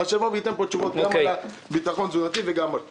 אז שיבוא וייתן תשובות גם על הביטחון התזונתי וגם על זה.